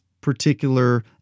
particular